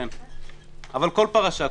אבל כל פרשה,